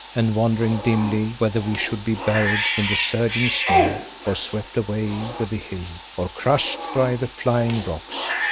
and wondering dimly whether we should be buried in the surging snow or swept away with the hill, or crushed by the flying rocks,